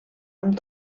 amb